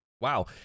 Wow